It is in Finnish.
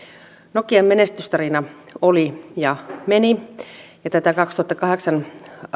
nokian menestystarina oli ja meni ja tätä kaksituhattakahdeksan